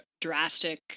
drastic